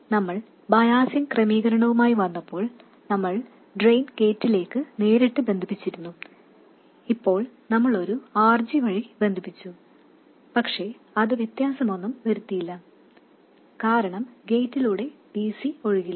നേരത്തെ നമ്മൾ ബയാസിങ് ക്രമീകരണവുമായി വന്നപ്പോൾ നമ്മൾ ഡ്രെയിൻ ഗേറ്റിലേക്ക് നേരിട്ട് ബന്ധിപ്പിച്ചിരുന്നു ഇപ്പോൾ നമ്മൾ ഒരു RG വഴി ബന്ധിപ്പിച്ചു പക്ഷേ അത് വ്യത്യാസമൊന്നും വരുത്തുന്നില്ല കാരണം ഗേറ്റിലൂടെ dc ഒഴുകില്ല